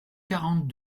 quarante